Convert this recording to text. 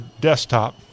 desktop